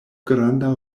granda